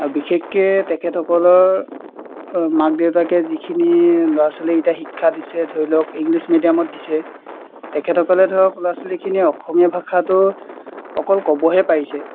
বিশেষকে তেখেতসকলৰ মাক দেউতাকে যিখিনি ল'ৰা ছোৱালীক এতিয়া শিক্ষা দিছে ধৰি লওক ইংলিছ মিডিয়ামত দিছে তেখেতসকলে ধৰক ল'ৰা ছোৱালীখিনি অসমীয়া ভাষাটো অকল ক'বহে পাৰিছে